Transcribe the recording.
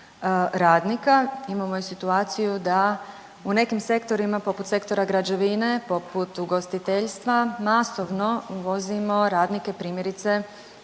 radnika. Imamo i situaciju da u nekim sektorima, poput sektora građevine, poput ugostiteljstva masovno uvozimo radnike primjerice